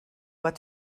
what